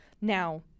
Now